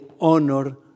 honor